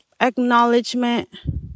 acknowledgement